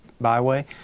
Byway